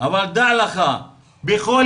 אבל דע לך, בכל